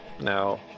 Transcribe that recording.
Now